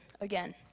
Again